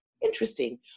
Interesting